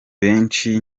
benshi